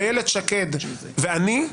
איילת שקד ואני,